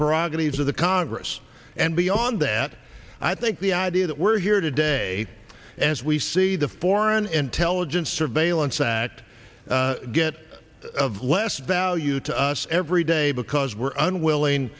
prerogatives of the congress and beyond that i think the idea that we're here today as we see the foreign intelligence surveillance act get of less value to us every day because we're unwilling